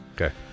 Okay